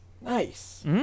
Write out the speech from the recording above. Nice